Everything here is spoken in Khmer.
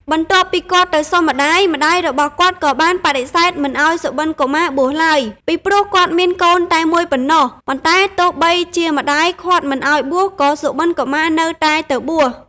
បន្តាប់ពីគាត់ទៅសុំម្តាយ ម្តាយរបស់គាត់ក៏បានបដិសេធមិនអោយសុបិន្តកុមារបួសឡើយ ពីព្រោះគាត់មានកូនតែមួយប៉ុណ្នោះ ប៉ុន្តែទោះបីជាម្តាយឃាត់មិនអោយបួសក៏សុបិន្តកុមាននៅតែទៅបួស។